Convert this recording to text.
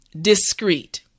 discreet